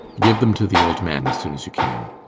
give them to the old man as soon as you can.